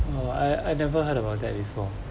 uh I I never heard about that before